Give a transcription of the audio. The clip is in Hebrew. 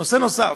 נושא נוסף,